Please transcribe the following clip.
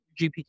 GPT